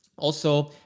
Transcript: also,